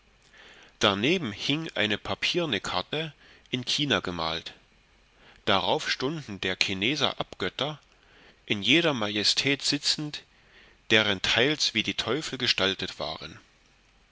darneben hieng eine papierne karte in china gemalt darauf stunden der chineser abgötter in ihrer majestät sitzend deren teils wie die teufel gestaltet waren